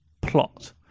plot